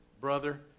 brother